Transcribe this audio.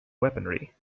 weaponry